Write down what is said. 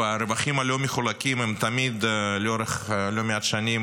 והרווחים הלא מחולקים הם תמיד לאורך לא מעט שנים,